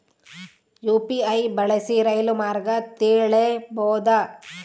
UPI ಬಳಸಿ ರೈಲು ಮಾರ್ಗ ತಿಳೇಬೋದ?